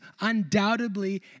undoubtedly